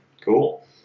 Cool